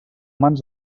mans